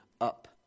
up